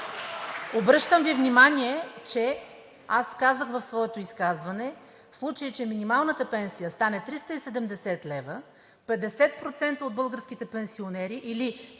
Обръщам Ви внимание, че аз казах в своето изказване, в случай че минималната пенсия стане 370 лв., 50% от българските пенсионери или